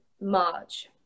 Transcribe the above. March